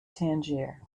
tangier